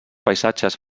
paisatges